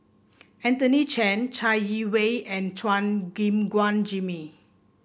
Anthony Chen Chai Yee Wei and Chua Gim Guan Jimmy